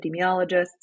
epidemiologists